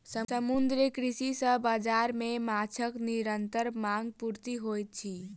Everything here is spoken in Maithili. समुद्रीय कृषि सॅ बाजार मे माँछक निरंतर मांग पूर्ति होइत अछि